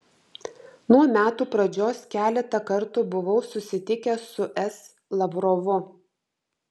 nuo metų pradžios keletą kartų buvau susitikęs su s lavrovu